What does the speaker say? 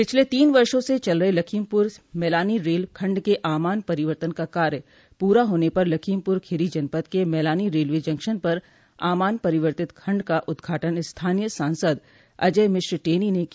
पिछल तीन वर्षो से चल रहे लखीमपुर मैलानी रेल खंड के आमान परिवर्तन का कार्य पूरा होने पर लखीमपुर खीरी जनपद के मैलानी रेलवे जंक्शन पर आमान परिवर्तित खंड का उदघाटन स्थानीय सांसद अजय मिश्र टेनी ने किया